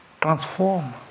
transform